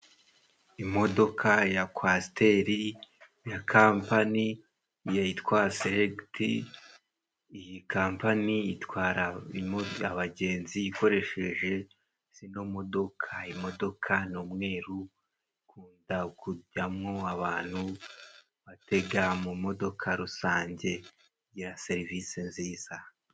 Imodoka ya kwasiteri ya kampani yitwa selekiti iyi kampani itwara abagenzi ikoresheje imodoka, imodoka ni umweru ikunda kujyamo abantu batega mu modoka rusange ya serivise nziza.